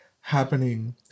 happening